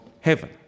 heaven